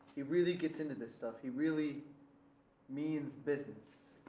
he really gets into this stuff, he really means business.